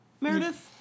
Meredith